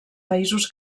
països